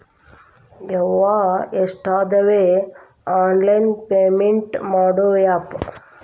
ಯವ್ವಾ ಎಷ್ಟಾದವೇ online payment ಮಾಡೋ ಆಪ್